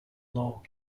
law